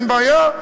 אין בעיה.